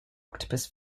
octopus